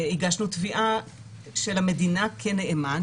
הגשנו תביעה של המדינה כנאמן,